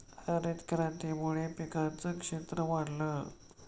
हरितक्रांतीमुळे पिकांचं क्षेत्र वाढलं